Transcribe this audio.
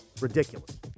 Ridiculous